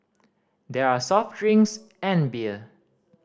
there are soft drinks and beer